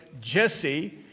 Jesse